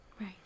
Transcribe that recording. Right